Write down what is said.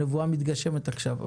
הנבואה מתגשמת עכשיו.